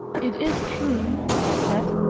it is true, i said,